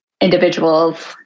individuals